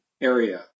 area